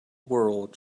world